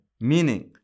meaning